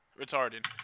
Retarded